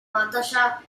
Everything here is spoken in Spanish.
batalla